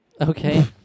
Okay